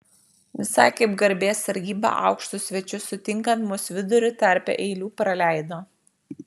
visai kaip garbės sargyba aukštus svečius sutinkant mus viduriu tarpe eilių praleido